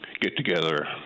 get-together